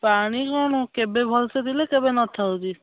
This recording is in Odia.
ପାଣି କ'ଣ କେବେ ଭଲସେ ଦେଲେ କେବେ ନଥାଉଛି